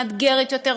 מאתגרת יותר,